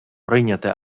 прийняти